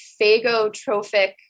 phagotrophic